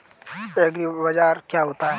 एग्रीबाजार क्या होता है?